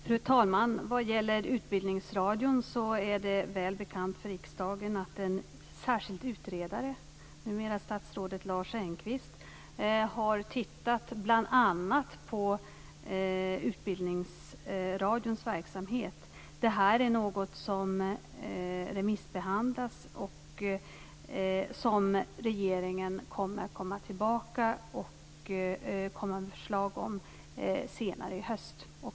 Fru talman! Vad gäller Utbildningsradion är det väl bekant för riksdagen att en särskild utredare, numera statsrådet Lars Engqvist, har tittat närmare på bl.a. Utbildningsradions verksamhet. Det här är något som remissbehandlas och som regeringen kommer att återkomma med förslag om senare i höst.